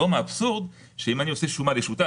היום האבסורד הוא שאם אני עושה שומה לשותף